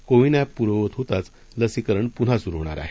CoWIN app पूर्ववत होताच लसीकरण पुन्हा सुरू होणार आहे